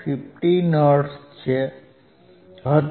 15 hertz હતી